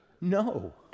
no